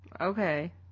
Okay